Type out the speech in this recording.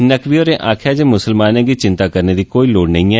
नकवी होरें आक्खेआ जे मुसलमानें गी चिंता करने दी कोई लोड़ नेईं ऐ